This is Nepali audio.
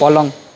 पलङ